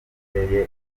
n’imikorere